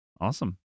Awesome